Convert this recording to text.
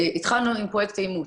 התחלנו עם פרויקט האימוץ.